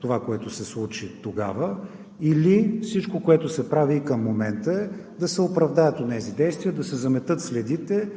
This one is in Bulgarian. това, което се случи тогава, или всичко, което се прави и към момента, е да се оправдаят онези действия, да се заметат следите